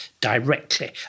directly